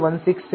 7516 છે